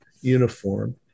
uniform